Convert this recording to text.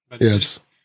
Yes